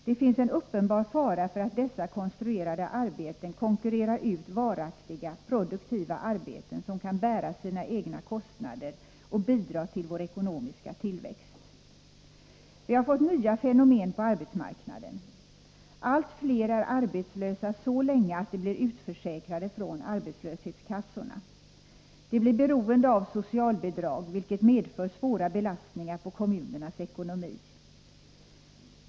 Det finns en uppenbar fara för att dessa konstruerade arbeten konkurrerar ut varaktiga, produktiva arbeten, som kan bära sina egna kostnader och bidra till vår ekonomiska tillväxt. Vi har fått nya fenomen på arbetsmarknaden. Allt fler går arbetslösa så länge att de blir utförsäkrade från arbetslöshetskassorna. De blir beroende av socialbidrag, vilket medför svåra belastningar på kommunernas ekonomi.